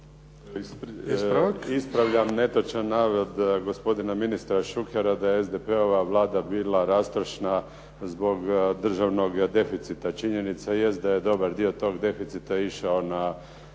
Ispravljam netočan navod gospodina ministra Šukera da je SDP-ova Vlada bila rastrošna zbog državnog deficita. Činjenica jest da je dobar dio tog deficita išao na